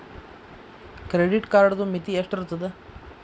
Credit ಕಾರ್ಡದು ಮಿತಿ ಎಷ್ಟ ಇರ್ತದ?